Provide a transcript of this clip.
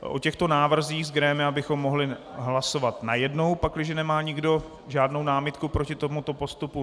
O těchto návrzích z grémia bychom mohli hlasovat najednou, pakliže nemá nikdo žádnou námitku proti tomuto postupu.